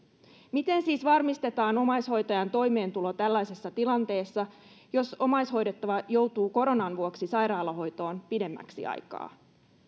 miten siis varmistetaan omaishoitajan toimeentulo tällaisessa tilanteessa jos omaishoidettava joutuu koronan vuoksi sairaalahoitoon pidemmäksi aikaa